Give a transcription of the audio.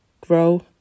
grow